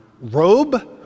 robe